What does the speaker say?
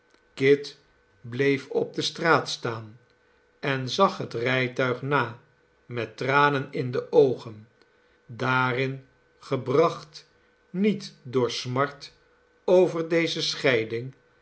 kit bleef op de straat staan en zag het rijtuig na met tranen in de oogen daarin gebracht niet door smart over deze scheiding